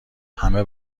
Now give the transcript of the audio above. همه